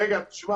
איתך.